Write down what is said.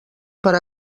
per